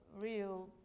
real